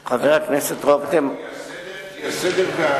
הסדר,